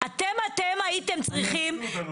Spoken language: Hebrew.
אתם הייתם צריכים לקיים את הדיון הזה.